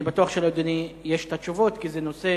אני בטוח שלאדוני יש את התשובות כי זה נושא